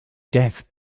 death